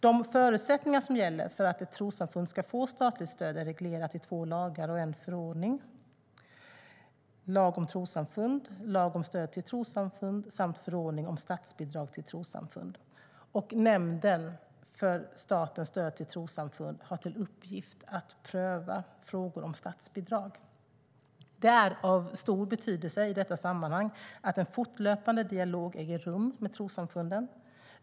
De förutsättningar som gäller för att ett trossamfund ska få statligt stöd är reglerade i två lagar och en förordning: lag om trossamfund, lag om stöd till trossamfund samt förordning om statsbidrag till trossamfund. Nämnden för statens stöd till trossamfund har till uppgift att pröva frågor om statsbidrag. Det är av stor betydelse i detta sammanhang att en fortlöpande dialog äger rum med trossamfunden.